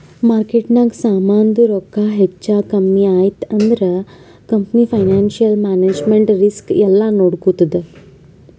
ಮಾರ್ಕೆಟ್ನಾಗ್ ಸಮಾಂದು ರೊಕ್ಕಾ ಹೆಚ್ಚಾ ಕಮ್ಮಿ ಐಯ್ತ ಅಂದುರ್ ಕಂಪನಿ ಫೈನಾನ್ಸಿಯಲ್ ಮ್ಯಾನೇಜ್ಮೆಂಟ್ ರಿಸ್ಕ್ ಎಲ್ಲಾ ನೋಡ್ಕೋತ್ತುದ್